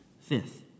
Fifth